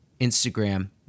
Instagram